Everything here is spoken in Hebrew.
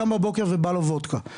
קם בבוקר ובא לו וודקה,